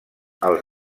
als